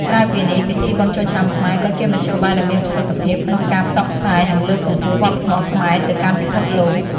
ក្រៅពីនេះ ពិធីបុណ្យចូលឆ្នាំខ្មែរក៏ជាមធ្យោបាយដ៏មានប្រសិទ្ធភាពក្នុងការផ្សព្វផ្សាយ និងលើកកម្ពស់វប្បធម៌ខ្មែរទៅកាន់ពិភពលោក។